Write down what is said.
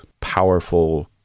powerful